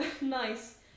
Nice